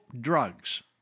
drugs